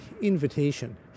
invitation